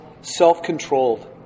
self-controlled